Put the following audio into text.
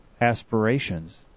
aspirations